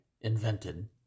invented